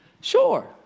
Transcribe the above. Sure